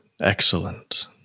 Excellent